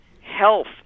health